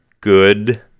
good